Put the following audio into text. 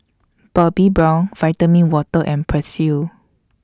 Bobbi Brown Vitamin Water and Persil